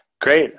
great